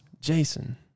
Jason